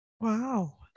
Wow